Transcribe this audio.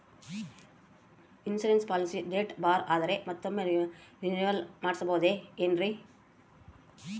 Insurance policy date ಬಾರ್ ಆದರೆ ಮತ್ತೊಮ್ಮೆ ರಿನಿವಲ್ ಮಾಡಿಸಬಹುದೇ ಏನ್ರಿ?